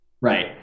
Right